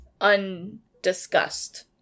undiscussed